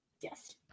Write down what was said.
Yes